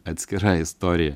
atskira istorija